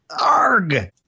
Arg